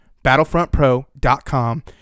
battlefrontpro.com